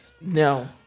No